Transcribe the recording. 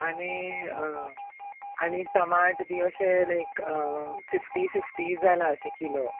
आनी आनी टमाट बी अशें लायक फिफ्टी फिफ्टी जाला अशें किलो